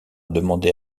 demandé